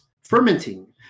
Fermenting